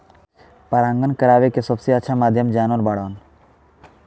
परागण करावेके सबसे अच्छा माध्यम जानवर बाड़न